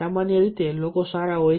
સામાન્ય રીતે લોકો સારા હોય છે